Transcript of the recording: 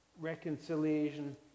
reconciliation